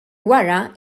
wara